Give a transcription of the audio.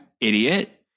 idiot